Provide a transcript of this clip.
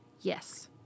yes